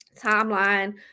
timeline